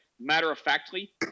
matter-of-factly